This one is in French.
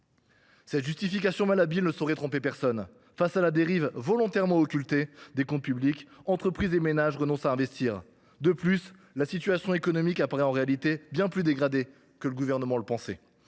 Cette justification malhabile ne saurait tromper personne. Face à la dérive volontairement occultée des comptes publics, entreprises et ménages renoncent à investir. De plus, la situation économique apparaît en réalité bien plus dégradée que le Gouvernement ne le pensait.